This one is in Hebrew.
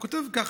הוא כותב ככה: